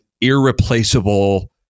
irreplaceable